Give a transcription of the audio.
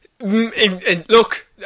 Look